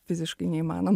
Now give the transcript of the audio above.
fiziškai neįmanoma